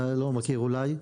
אתה לא מכיר אולי,